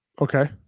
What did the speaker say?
Okay